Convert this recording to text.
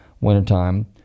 wintertime